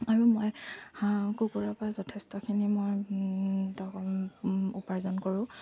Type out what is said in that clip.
আৰু মই হাঁহ কুকুৰাৰপৰা যথেষ্টখিনি মই উপাৰ্জন কৰোঁ